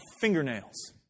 fingernails